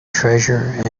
treasure